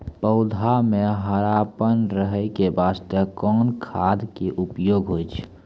पौधा म हरापन रहै के बास्ते कोन खाद के उपयोग होय छै?